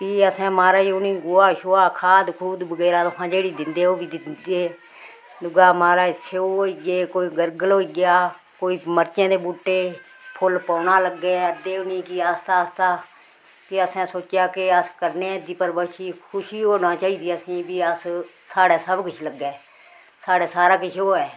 फ्ही असें महाराज उनें गोहा छोआ खाद खुद बगैरा जेह्ड़ी दिंदे ओह् बी दिंदे दूआ महाराज स्येऊ होई गे कोई गरगल होई गेआ कोई मर्चे दे बूह्टे फुल्ल पौना लग्गे अद्धे उनेंगी आस्ता आस्ता फ्ही असें सोचेआ कि अस करने आं इं'दी परवरिश खुशी होना चाहिदी असेंगी बी अस साढ़ै सब किश लग्गै साढ़ै सारा किश होऐ